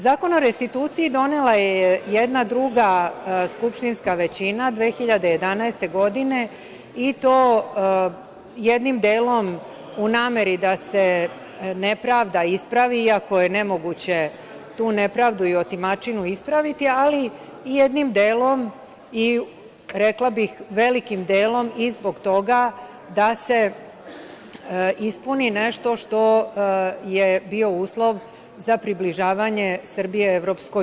Zakon o restituciji donela je jedna druga skupštinska većina 2011. godine i to jednim delom u nameri da se nepravda ispravi, iako je nemoguće tu nepravdu i otimačinu ispraviti, ali i jednim delom, rekla bih velikim delom, i zbog toga da se ispuni nešto što je bio uslov za približavanje Srbije EU.